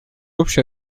общая